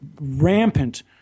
rampant